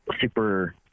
super